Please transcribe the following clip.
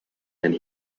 and